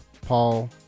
Paul